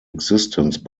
existence